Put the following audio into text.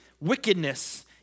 wickedness